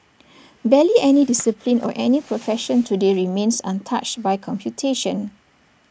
barely any discipline or any profession today remains untouched by computation